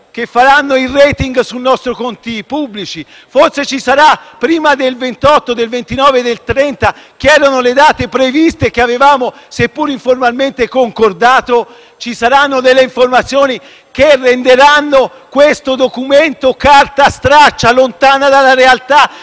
che faranno il *rating* sui nostri conti pubblici. Forse prima del 28, del 29 e del 30 aprile - che erano le date previste, che avevamo seppur informalmente concordato - ci saranno delle informazioni che renderanno questo Documento carta straccia, lontana dalla realtà